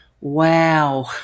wow